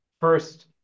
first